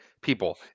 people